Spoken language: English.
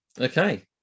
okay